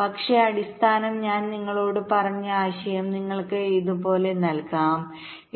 പക്ഷേ അടിസ്ഥാനം ഞാൻ നിങ്ങളോട് പറഞ്ഞ ആശയം നിങ്ങൾക്ക് ഇത് ഇതുപോലെ നൽകാം